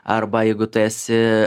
arba jeigu tu esi